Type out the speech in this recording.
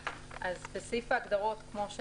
למה לא עשיתם את זה לפני הדיון?